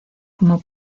como